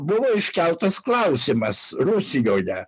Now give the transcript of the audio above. buvo iškeltas klausimas rusijoje